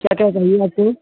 क्या क्या चाहिए आपको